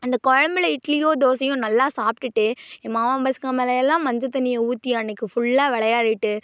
அந்த குழம்புல இட்லியோ தோசையோ நல்லா சாப்பிடுட்டு என் மாமா பசங்க மேலே எல்லாம் மஞ்சள் தண்ணியை ஊற்றி அன்றைக்கு ஃபுல்லாக விளையாடிட்டு